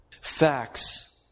Facts